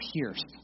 pierced